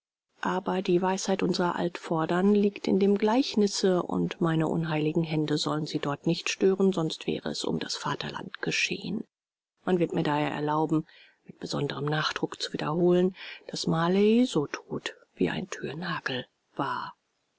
aber die weisheit unsrer altvordern liegt in dem gleichnisse und meine unheiligen hände sollen sie dort nicht stören sonst wäre es um das vaterland geschehen man wird mir daher erlauben mit besonderem nachdruck zu wiederholen daß marley so tot wie ein thürnagel war